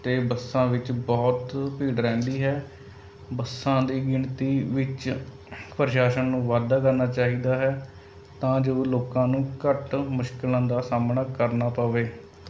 ਅਤੇ ਬੱਸਾਂ ਵਿੱਚ ਬਹੁਤ ਭੀੜ ਰਹਿੰਦੀ ਹੈ ਬੱਸਾਂ ਦੀ ਗਿਣਤੀ ਵਿੱਚ ਪ੍ਰਸ਼ਾਸਨ ਨੂੰ ਵਾਧਾ ਕਰਨਾ ਚਾਹੀਦਾ ਹੈ ਤਾਂ ਜੋ ਲੋਕਾਂ ਨੂੰ ਘੱਟ ਮੁਸ਼ਕਿਲਾਂ ਦਾ ਸਾਹਮਣਾ ਕਰਨਾ ਪਵੇ